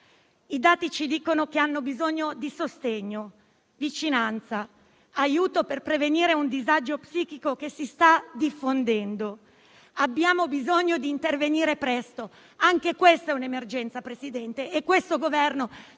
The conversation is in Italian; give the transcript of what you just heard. I dati ci dicono che hanno bisogno di sostegno, vicinanza e aiuto per prevenire un disagio psichico che si sta diffondendo. Abbiamo bisogno di intervenire presto. Anche questa è un'emergenza e il Governo